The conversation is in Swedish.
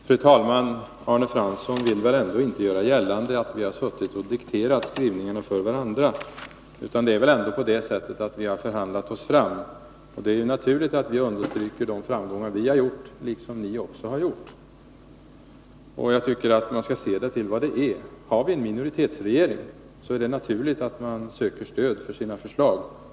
Fru talman! Arne Fransson vill väl ändå inte göra gällande att vi suttit och dikterat skrivningarna för varandra. Vi har väl ändå förhandlat oss fram. Det är naturligt att vi understryker de framgångar vi haft, liksom ni. Jag tycker att man skall se till vad det är. Har vi en minoritetsregering är det naturligt att man söker stöd för sina förslag.